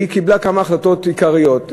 היא קיבלה כמה החלטות עיקריות,